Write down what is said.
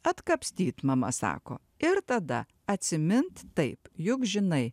atkapstyt mama sako ir tada atsimint taip juk žinai